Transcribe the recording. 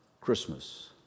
Christmas